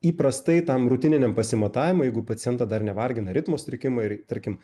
įprastai tam rutininiam pasimatavimui jeigu paciento dar nevargina ritmo sutrikimai ir tarkim